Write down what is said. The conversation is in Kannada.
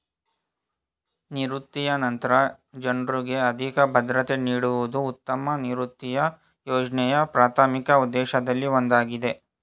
ನಿವೃತ್ತಿಯ ನಂತ್ರ ಜನ್ರುಗೆ ಆರ್ಥಿಕ ಭದ್ರತೆ ನೀಡುವುದು ಉತ್ತಮ ನಿವೃತ್ತಿಯ ಯೋಜ್ನೆಯ ಪ್ರಾಥಮಿಕ ಉದ್ದೇಶದಲ್ಲಿ ಒಂದಾಗಿದೆ